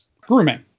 grooming